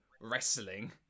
wrestling